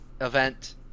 event